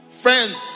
friends